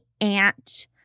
aunt